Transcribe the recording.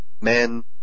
men